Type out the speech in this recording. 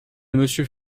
monsieur